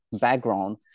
background